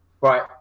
right